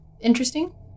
interesting